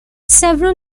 several